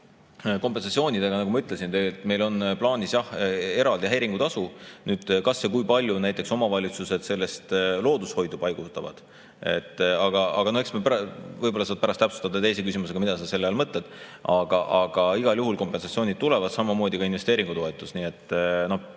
Kompensatsioonidega, nagu ma ütlesin, meil on plaanis, jah, eraldi häiringutasu. Kas ja kui palju näiteks omavalitsused sellest loodushoidu paigutavad … Aga võib-olla saad pärast täpsustada teise küsimusega, mida sa selle all mõtled. Aga igal juhul kompensatsioonid tulevad, samamoodi investeeringutoetus. Ja mis